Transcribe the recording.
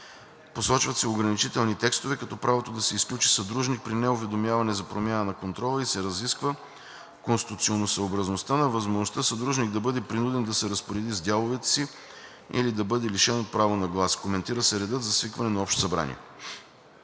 Посочват се ограничителни текстове, като правото да се изключи съдружник при неуведомяване за промяна на контрола и се разисква конституционосъобразността на възможността съдружник да бъде принуден да се разпореди с дяловете си или да бъде лишен от право на глас. Коментира се редът за свикването на Общото събрание.